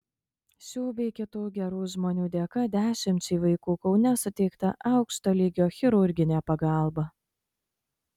šių bei kitų gerų žmonių dėka dešimčiai vaikų kaune suteikta aukšto lygio chirurginė pagalba